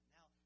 Now